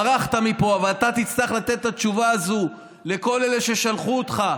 ברחת מפה ואתה תצטרך לתת את התשובה הזו לכל אלה ששלחו אותך,